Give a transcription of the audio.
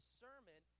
sermon